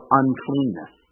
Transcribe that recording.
uncleanness